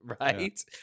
right